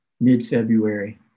mid-February